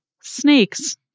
snakes